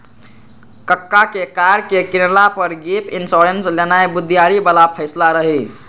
कक्का के कार के किनला पर गैप इंश्योरेंस लेनाइ बुधियारी बला फैसला रहइ